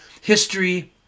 history